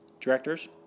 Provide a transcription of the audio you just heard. Directors